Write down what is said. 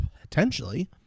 potentially